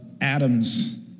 atoms